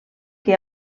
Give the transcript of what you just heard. que